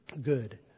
good